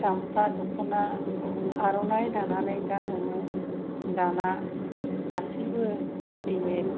गामसा द'खना आर'नाय दानानै गानोमोन दाना गासिबो रेडिमेट